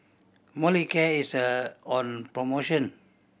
Molicare is a on promotion